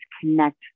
connect